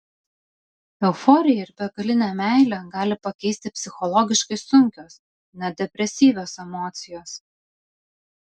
euforiją ir begalinę meilę gali pakeisti psichologiškai sunkios net depresyvios emocijos